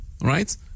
right